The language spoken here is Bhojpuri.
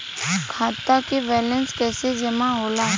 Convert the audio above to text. खाता के वैंलेस कइसे जमा होला?